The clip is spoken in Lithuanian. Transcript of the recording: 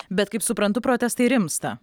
bet kaip suprantu protestai rimsta